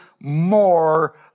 more